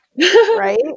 Right